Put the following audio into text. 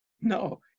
No